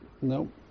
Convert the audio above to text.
Nope